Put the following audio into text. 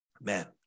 Man